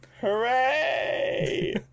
hooray